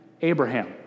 Abraham